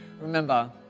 Remember